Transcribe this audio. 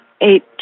Eight